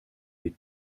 die